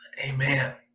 Amen